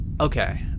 Okay